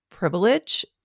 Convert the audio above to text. privilege